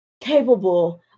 capable